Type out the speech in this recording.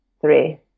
three